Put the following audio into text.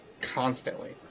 constantly